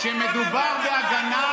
לבנט.